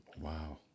Wow